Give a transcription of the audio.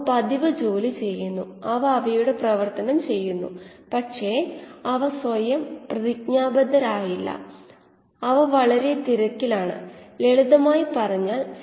അതിനാൽ മറ്റെല്ലാ വേരിയബിളുകളും പരമാവധി സെൽ പ്രൊഡക്റ്റിവിറ്റി കിട്ടതക്കവണ്ണമായിരിക്കും